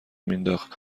مینداخت